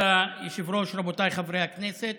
כבוד היושב-ראש, רבותיי חברי הכנסת,